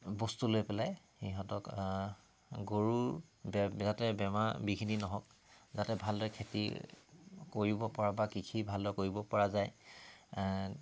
বস্তু লৈ পেলাই সিহঁতক গৰু যাতে বেমাৰ বিঘিনি নহওক যাতে ভালদৰে খেতি কৰিব পৰা বা কৃষি ভালদৰে কৰিব পৰা যায়